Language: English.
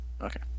Okay